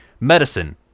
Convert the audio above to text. medicine